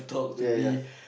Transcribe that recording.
ya ya